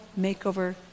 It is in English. makeover